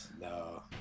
no